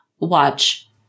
watch